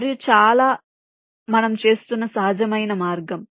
మరియు చాలా మనము చేస్తున్న సహజమైన మార్గం